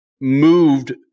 moved